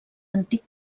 antic